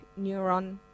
neuron